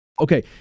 okay